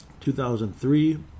2003